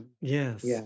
Yes